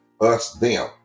us-them